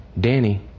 Danny